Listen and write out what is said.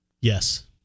Yes